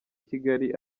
kigali